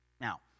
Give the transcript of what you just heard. Now